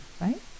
right